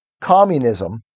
communism